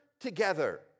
together